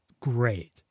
great